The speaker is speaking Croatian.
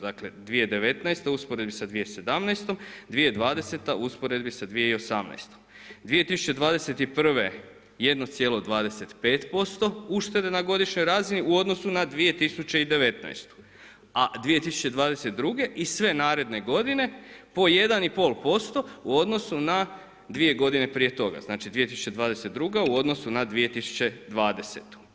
Dakle 2019. u usporedbi sa 2017., 2020. u usporedbi sa 2018. 2021. 1,25% uštede na godišnjoj razini u odnosu na 2019. a 2022. i sve naredne godine po 1,5% u odnosu na 2 godine prije toga, znači 2022. u odnosu na 2020.